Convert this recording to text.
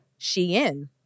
Shein